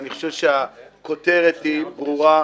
אני חושב שהכותרת ברורה,